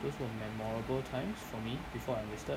those were memorable times for me before I enlisted